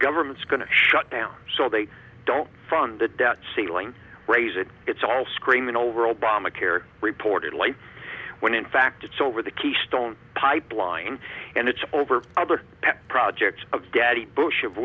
government's going to shut down so they don't fund the debt ceiling raise it it's all screaming over obamacare reportedly when in fact it's over the keystone pipeline and it's over other pet projects of daddy bush of